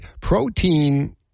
Protein